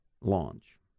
launch